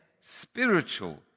spiritual